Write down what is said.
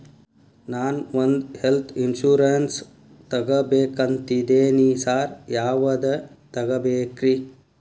ನಾನ್ ಒಂದ್ health insurance ತಗಬೇಕಂತಿದೇನಿ sir ಯಾವದ ತಗಬೇಕ್ರಿ?